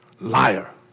liar